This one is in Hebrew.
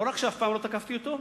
לא רק שאף פעם לא תקפתי אותו,